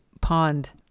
pond